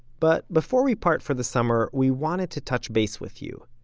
but before we part for the summer, we wanted to touch base with you.